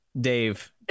Dave